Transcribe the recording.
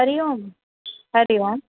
Hari Om Hari Om